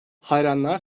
hayranlar